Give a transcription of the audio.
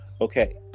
okay